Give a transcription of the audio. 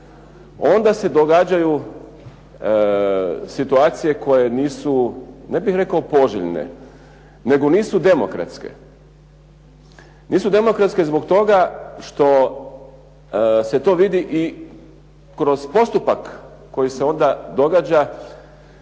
onda se događaju situacije koje nisu, ne bih rekao poželjne, nego nisu demokratske. Nisu demokratske zbog toga što se to vidi i kroz postupak koji se onda događa